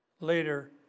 Later